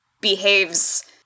behaves